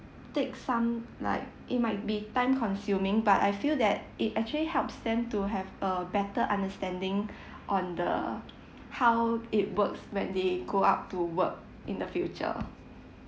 take some like it might be time consuming but I feel that it actually helps them to have a better understanding on the how it works when they go out to work in the future